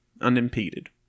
unimpeded